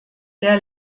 der